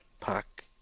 pack